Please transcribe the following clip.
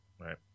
Right